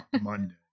Monday